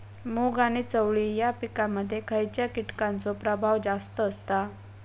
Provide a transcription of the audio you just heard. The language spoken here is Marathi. मूग आणि चवळी या पिकांमध्ये खैयच्या कीटकांचो प्रभाव जास्त असता?